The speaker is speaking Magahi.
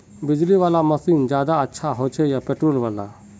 बिजली वाला मशीन ज्यादा अच्छा होचे या पेट्रोल वाला?